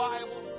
Bible